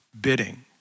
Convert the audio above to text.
bidding